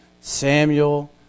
Samuel